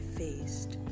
faced